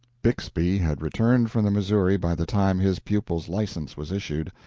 bixby had returned from the missouri by the time his pupil's license was issued,